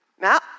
Now